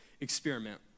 experiment